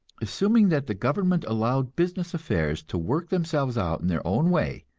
assuming that the government allowed business affairs to work themselves out in their own way,